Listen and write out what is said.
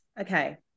okay